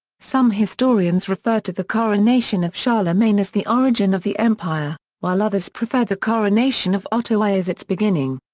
some historians refer to the coronation of charlemagne as the origin of the empire, while others prefer the coronation of otto i as its beginning.